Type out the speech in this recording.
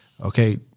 okay